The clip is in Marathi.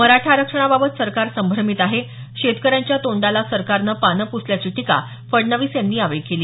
मराठा आरक्षणाबाबत सरकार संभ्रमित आहे शेतकऱ्यांच्या तोंडाला सरकारने पाने प्सल्याची टीका फडणवीस यांनी यावेळी केली